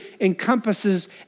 encompasses